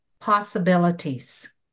possibilities